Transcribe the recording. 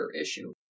issue